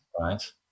right